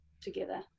together